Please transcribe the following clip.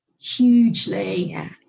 hugely